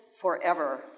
forever